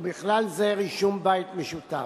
ובכלל זה רישום בית משותף.